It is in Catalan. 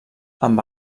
amb